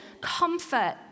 comfort